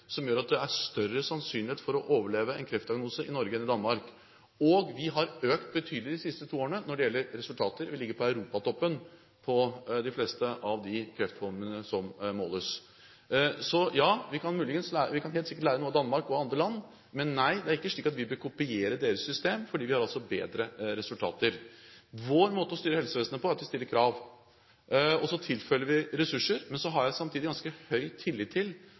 i Danmark, og vi har økt betydelig de siste to årene når det gjelder resultater. Vi ligger på europatoppen for de fleste av de kreftformene som måles. Ja, vi kan helt sikkert lære noe av Danmark og andre land, men nei, det er ikke slik at vi bør kopiere deres system, for vi har bedre resultater. Vår måte å styre helsevesenet på er at vi stiller krav, og så tilfører vi ressurser. Men så har jeg samtidig ganske høy tillit til